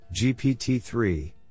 GPT-3